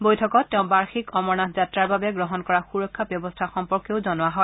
বৈঠকত তেওঁক বাৰ্ষিক অমৰনাথ যাত্ৰাৰ বাবে গ্ৰহণ কৰা সুৰক্ষা ব্যৱস্থা সম্পৰ্কেও জনোৱা হয়